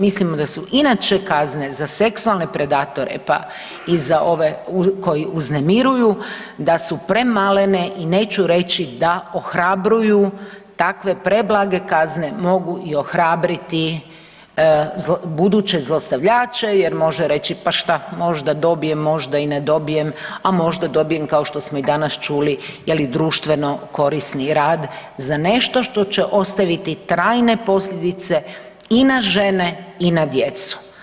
Mislimo da su inače kazne za seksualne predatore, pa i za ove koji uznemiruju, da su premalene i neću reći da ohrabruju takve preblage kazne, mogu i ohrabriti buduće zlostavljače jer može reći, pa šta, možda dobijem, možda i ne dobijem, a možda dobijem kao što smo i danas čuli, je li, društveno korisni rad za nešto što će ostaviti trajne posljedice i na žene i na djecu.